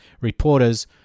Reporters